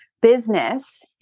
business